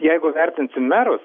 jeigu vertinsim merus